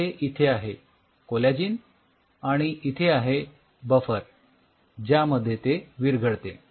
तर हे इथे आहे कोलॅजिन आणि इथे आहे बफर ज्यामध्ये ते विरघळते